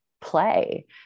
play